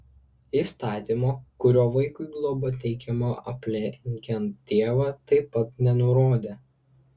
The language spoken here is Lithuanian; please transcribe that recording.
įstatymo kuriuo vaikui globa teikiama aplenkiant tėvą taip pat nenurodė